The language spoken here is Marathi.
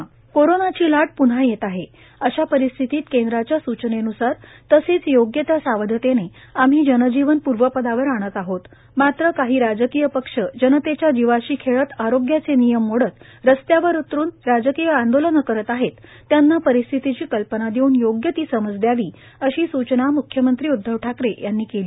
टास्क फोर्स कोरोनाची लाट प्न्हा येत आहे अशा परिस्थितीत केंद्राच्या स्चनेन्सार तसेच योग्य त्या सावधतेने आम्ही जनजीवन पूर्वपदावर आणत आहोत मात्र काही राजकीय पक्ष जनतेच्या जीवाशी खेळत आरोग्याचे नियम मोडत रस्त्यावर उतरून राजकीय आंदोलने करीत आहेत त्यांना परिस्थितीची कल्पना देऊन योग्य ती समज दयावी अशी सूचना मुख्यमंत्री उद्वव ठाकरे यांनी केली